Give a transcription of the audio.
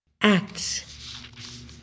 Acts